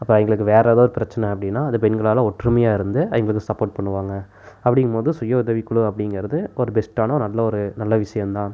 அப்போ அவங்களுக்கு வேறு ஏதாவது பிரச்சின அப்படின்னா அதை பெண்களால் ஒற்றுமையாக இருந்து அவங்களுக்கு சப்போர்ட் பண்ணுவாங்க அப்படிங்கும் போது சுயஉதவிக்குழு அப்படிங்கறது ஒரு பெஸ்ட்டான நல்ல ஒரு நல்ல விஷயம்தான்